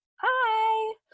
Hi